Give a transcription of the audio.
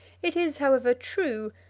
it is, however, true,